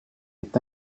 est